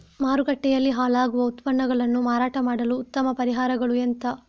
ಮಾರುಕಟ್ಟೆಯಲ್ಲಿ ಹಾಳಾಗುವ ಉತ್ಪನ್ನಗಳನ್ನು ಮಾರಾಟ ಮಾಡಲು ಉತ್ತಮ ಪರಿಹಾರಗಳು ಎಂತ?